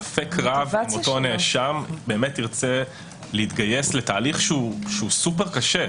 ספק רב אם אותו נאשם באמת ירצה להתגייס לתהליך שהוא סופר קשה.